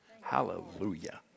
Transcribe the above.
Hallelujah